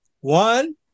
One